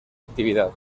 actividad